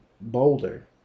boulder